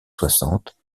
soixante